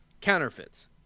counterfeits